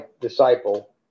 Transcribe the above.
disciple